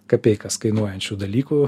kapeikas kainuojančių dalykų